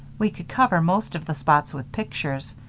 we could cover most of the spots with pictures,